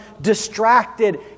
distracted